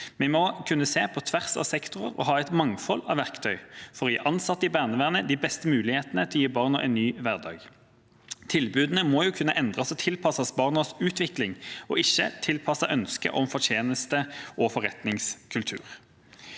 Vi må kunne se på tvers av sektorer og ha et mangfold av verktøy for å gi ansatte i barnevernet de beste mulighetene til å gi barna en ny hverdag. Tilbudene må kunne endres og tilpasses barnas utvikling, ikke tilpasses et ønske om fortjeneste og forretningskultur.